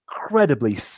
incredibly